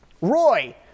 Roy